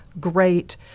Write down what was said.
great